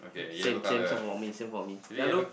same same same for me same for me yalor